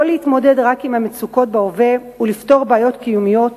לא להתמודד רק עם המצוקות בהווה ולפתור בעיות קיומיות,